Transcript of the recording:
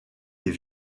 est